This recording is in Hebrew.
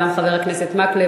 גם חבר הכנסת מקלב,